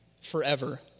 forever